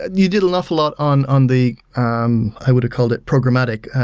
you did an awful lot on on the um i would've called it programmatic.